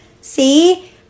see